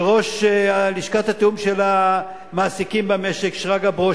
שראש לשכת התיאום של המעסיקים במשק שרגא ברוש